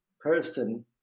person